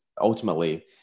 ultimately